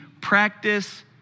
practice